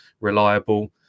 Reliable